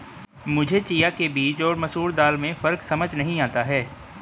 मुझे चिया के बीज और मसूर दाल में फ़र्क समझ नही आता है